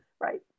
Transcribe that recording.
Right